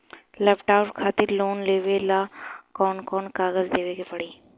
Laptop खातिर loan लेवे ला कौन कौन कागज देवे के पड़ी?